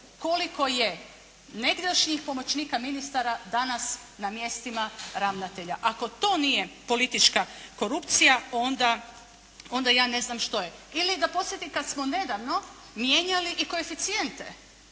koliko je negdašnjih pomoćnika ministara danas na mjestima ravnatelja? Ako to nije politička korupcija onda ja ne znam što je. Ili da podsjetim kad smo nedavno mijenjali i koeficijente